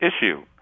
issue